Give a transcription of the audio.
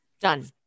Done